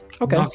okay